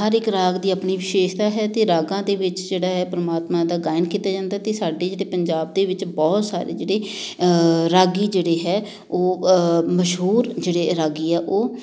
ਹਰ ਇੱਕ ਰਾਗ ਦੀ ਆਪਣੀ ਵਿਸ਼ੇਸ਼ਤਾ ਹੈ ਅਤੇ ਰਾਗਾਂ ਦੇ ਵਿੱਚ ਜਿਹੜਾ ਹੈ ਪਰਮਾਤਮਾ ਦਾ ਗਾਇਨ ਕੀਤਾ ਜਾਂਦਾ ਅਤੇ ਸਾਡੀ ਤਾਂ ਪੰਜਾਬ ਦੇ ਵਿੱਚ ਬਹੁਤ ਸਾਰੇ ਜਿਹੜੇ ਰਾਗੀ ਜਿਹੜੇ ਹੈ ਉਹ ਮਸ਼ਹੂਰ ਜਿਹੜੇ ਰਾਗੀ ਆ ਉਹ